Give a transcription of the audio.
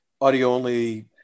audio-only